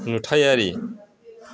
नुथायारि